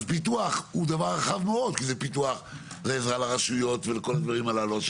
אז פיתוח הוא דבר רחב מאוד כי זה פיתוח ועזרה לרשויות וכל הדברים הללו.